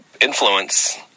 influence